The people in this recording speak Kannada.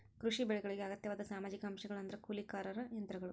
ಕೃಷಿ ಬೆಳೆಗಳಿಗೆ ಅಗತ್ಯವಾದ ಸಾಮಾಜಿಕ ಅಂಶಗಳು ಅಂದ್ರ ಕೂಲಿಕಾರರು ಯಂತ್ರಗಳು